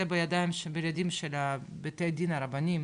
זה בידיים של בתי הדין הרבניים.